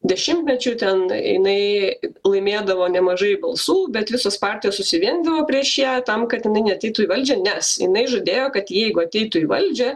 dešimtmečių ten jinai laimėdavo nemažai balsų bet visos partijos susivienydavo prieš ją tam kad jinai neateitų į valdžią nes jinai žadėjo kad jeigu ateitų į valdžią